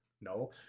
no